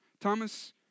Thomas